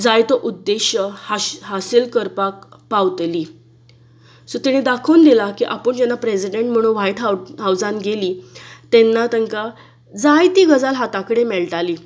जायतो उद्देश्य हासील करपाक पावतलीं सो तिणें दाखोवन दिला की आपूण जेन्ना प्रेजिडेंट म्हणून वायट हावसांत गेली तेन्ना तांकां जाय ती गजाल आता कडेन मेळटाली